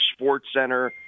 SportsCenter –